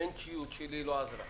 המנטשיות שלי לא עזרה.